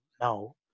now